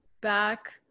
back